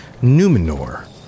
Numenor